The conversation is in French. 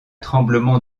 tremblement